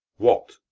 what?